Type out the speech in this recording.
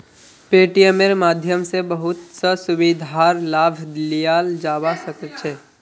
पेटीएमेर माध्यम स बहुत स सुविधार लाभ लियाल जाबा सख छ